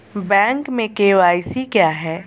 Bank में KYC क्या है?